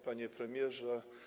Panie Premierze!